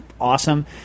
awesome